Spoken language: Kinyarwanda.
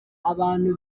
abantu